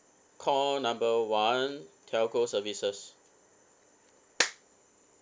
call number one telco services